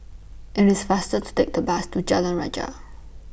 IT IS faster to Take The Bus to Jalan Rajah